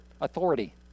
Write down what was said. Authority